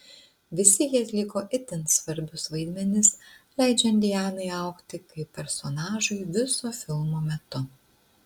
visi jie atliko itin svarbius vaidmenis leidžiant dianai augti kaip personažui viso filmo metu